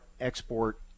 export